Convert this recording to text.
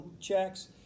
checks